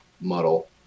muddle